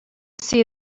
see